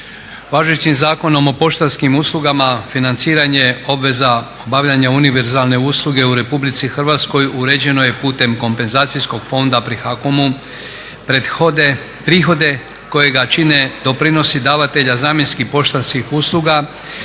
Važećim zakonom o poštanskim uslugama financiranje obveza obavljanja univerzalne usluge u RH uređeno je putem kompenzacijskog fonda pri HACOM-u. Prihode koje čine doprinosi davatelja zamjenskih poštanskih usluga